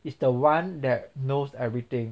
is the one that knows everything